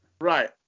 Right